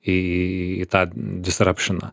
į tą disrapšeną